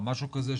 משהו כזה,